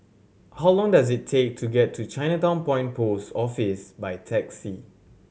how long does it take to get to Chinatown Point Post Office by taxi